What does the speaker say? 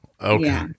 Okay